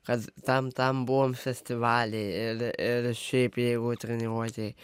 kad tam tam buvom festivaly ir ir šiaip jeigu treniruotėj